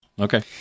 Okay